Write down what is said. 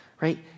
right